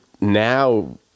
now